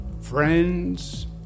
friends